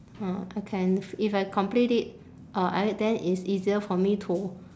ah I can if I complete it uh I then it's easier for me to